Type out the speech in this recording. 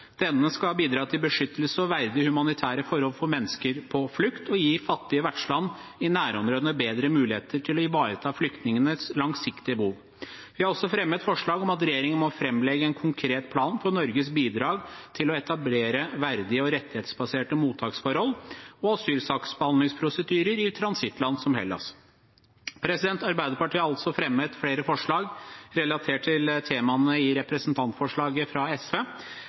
Denne skal bidra til beskyttelse og verdige humanitære forhold for mennesker på flukt og gi fattige vertsland i nærområdene bedre muligheter til å ivareta flyktningenes langsiktige behov. Vi har også fremmet forslag om at regjeringen må framlegge en konkret plan for Norges bidrag til å etablere verdige og rettighetsbaserte mottaksforhold og asylsaksbehandlingsprosedyrer i transittland som Hellas. Arbeiderpartiet har altså fremmet flere forslag relatert til temaene i representantforslaget fra SV.